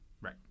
Right